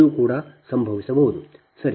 ಇದು ಕೂಡ ಸಂಭವಿಸಬಹುದು ಸರಿ